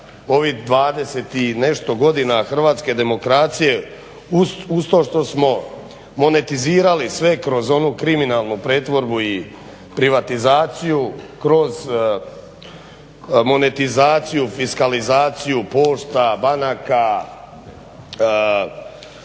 ovih 20 i nešto godina hrvatske demokracije uz to što smo monetizirali sve kroz onu kriminalnu pretvorbu i privatizaciju kroz monetizaciju, fiskalizaciju pošta, banaka,